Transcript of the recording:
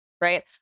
Right